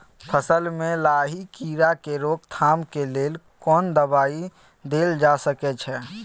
फसल में लाही कीरा के रोकथाम के लेल कोन दवाई देल जा सके छै?